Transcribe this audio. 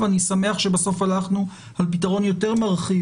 ואני שמח שבסוף הלכנו על פתרון יותר מרחיב